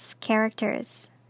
characters